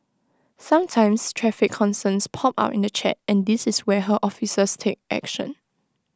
sometimes traffic concerns pop up in the chat and this is where her officers take action